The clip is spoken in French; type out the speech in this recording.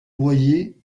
boyer